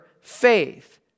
faith